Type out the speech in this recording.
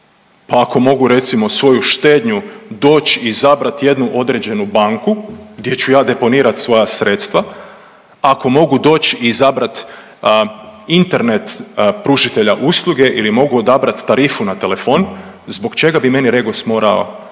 Pa ako mogu, recimo svoju štednju doći, izabrati jednu određenu banku gdje ću ja deponirati svoja sredstva, ako mogu doći i izabrati internet pružatelja usluge ili mogu odabrati tarifu na telefon, zbog čega bi meni REGOS morao odabrati,